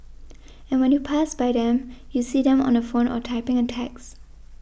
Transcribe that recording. and when you pass by them you see them on the phone or typing a text